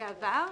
בעבר,